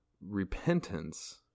Repentance